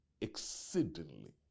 exceedingly